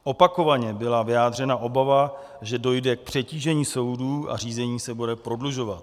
Opakovaně byla vyjádřena obava, že dojde k přetížení soudů a řízení se bude prodlužovat.